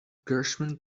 gershwin